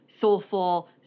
soulful